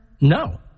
No